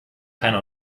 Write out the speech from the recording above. keine